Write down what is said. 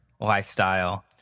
lifestyle